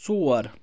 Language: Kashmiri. ژور